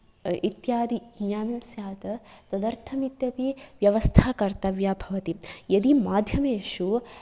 इत्यादि ज्ञानं स्यात् तदर्थम् इत्यपि व्यवस्था कर्तव्या भवति यदि माध्यमेषु